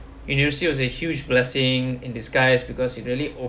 university was a huge blessing in disguise because it really